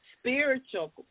spiritual